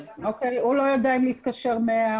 הוא לא יודע אם להתקשר 100,